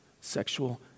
sexual